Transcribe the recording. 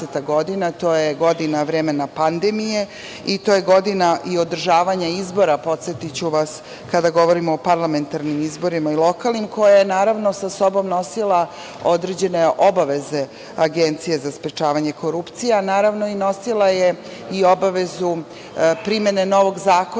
To je godina vremena pandemije i to je godina i održavanja izbora, podsetiću vas, kada govorimo o parlamentarnim i lokalnim izborima, koja je naravno sa sobom nosila određene obaveze Agencije za sprečavanje korupcije. Naravno, nosila je i obavezu primene novog zakona